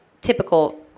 typical